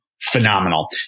phenomenal